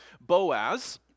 Boaz